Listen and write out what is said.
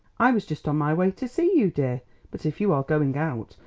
i was just on my way to see you, dear but if you are going out,